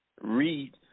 read